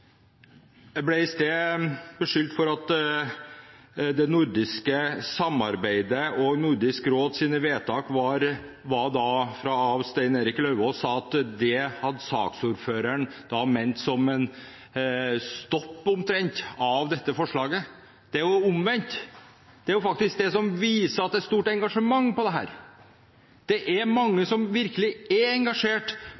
Jeg ble i stad, som saksordfører, beskyldt av Stein Erik Lauvås for å mene at det nordiske samarbeidet og Nordisk råds vedtak var en stopp, omtrent, for dette forslaget. Det er jo omvendt. Det er faktisk det som viser at det er et stort engasjement i dette. Det er